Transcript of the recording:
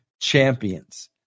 champions